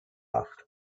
asked